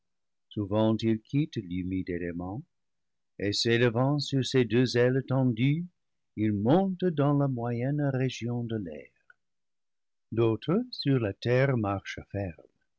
l'humide élément et s'élevant sur ses deux ailes tendues il monte dans la moyenne région de l'air d'autres sur la terre marchent